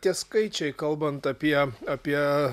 tie skaičiai kalbant apie apie